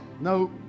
No